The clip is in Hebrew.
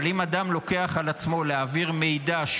אבל אם אדם לוקח על עצמו להעביר מידע,